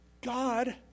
God